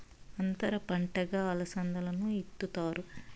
అంతర పంటగా అలసందను ఇత్తుతారు